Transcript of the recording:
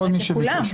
לכל מי שביקש.